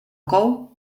cou